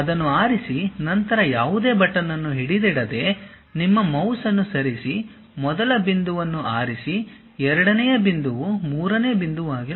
ಅದನ್ನು ಆರಿಸಿ ನಂತರ ಯಾವುದೇ ಬಟನನ್ನು ಹಿಡಿದಿಡದೆ ನಿಮ್ಮ ಮೌಸ್ ಅನ್ನು ಸರಿಸಿ ಮೊದಲ ಬಿಂದುವನ್ನು ಆರಿಸಿ ಎರಡನೆಯ ಬಿಂದುವು ಮೂರನೇ ಬಿಂದುವಾಗಿರಬಹುದು